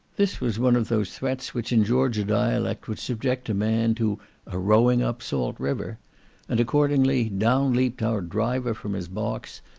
this was one of those threats which in georgia dialect would subject a man to a rowing up salt river and, accordingly, down leaped our driver from his box,